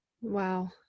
Wow